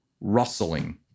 rustling